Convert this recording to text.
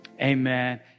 amen